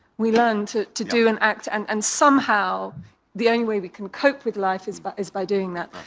we learn to to do and act, and and somehow the only way we can cope with life is but is by doing that.